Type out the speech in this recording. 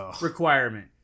requirement